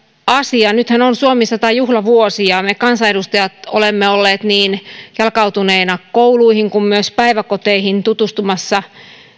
asia nythän on suomi sata juhlavuosi ja me kansanedustajat olemme olleet jalkautuneina niin kouluihin kuin myös päiväkoteihin tutustumassa